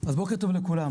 אז בוקר טוב לכולם,